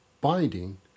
binding